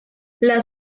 las